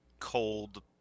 cold